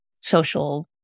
social